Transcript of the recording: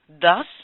Thus